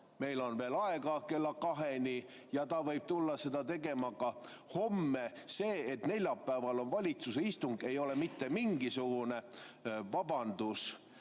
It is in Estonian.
Meil on veel aega kella kaheni. Ta võib tulla seda tegema ka homme. See, et neljapäeval on valitsuse istung, ei ole mitte mingisugune vabandus.